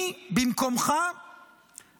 אני במקומך